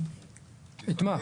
את מה?